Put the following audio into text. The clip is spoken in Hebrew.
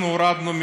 אנחנו הורדנו,